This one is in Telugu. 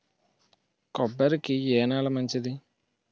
కొబ్బరి కి ఏ నేల మంచిది?